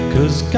Cause